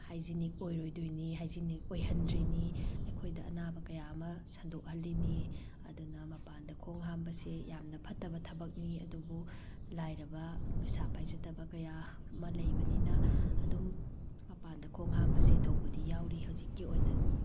hygienic ꯑꯣꯏꯔꯣꯏꯗꯣꯏꯅꯤ hygienic ꯑꯣꯏꯍꯟꯗ꯭ꯔꯤꯅꯤ ꯑꯩꯈꯣꯏꯗ ꯑꯅꯥꯕ ꯀꯌꯥꯑꯃ ꯁꯟꯗꯣꯛꯍꯜꯂꯤꯅꯤ ꯑꯗꯨꯅ ꯃꯄꯥꯟꯗ ꯈꯣꯡ ꯍꯥꯝꯕꯁꯦ ꯌꯥꯝꯅ ꯐꯠꯇꯕ ꯊꯕꯛꯅꯤ ꯑꯗꯨꯕꯨ ꯂꯥꯏꯔꯕ ꯄꯩꯁꯥ ꯄꯥꯏꯖꯗꯕ ꯀꯌꯥ ꯑꯃ ꯂꯩꯕꯅꯤꯅ ꯑꯗꯨꯝ ꯃꯄꯥꯟꯗ ꯈꯣꯡ ꯍꯥꯝꯕꯁꯦ ꯇꯧꯕꯗꯤ ꯌꯥꯎꯔꯤ ꯍꯧꯖꯤꯛꯀꯤ ꯑꯣꯏꯅ